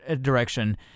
direction